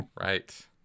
Right